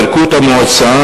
פירקו את המועצה,